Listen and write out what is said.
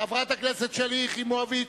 חברת הכנסת שלי יחימוביץ,